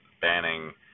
banning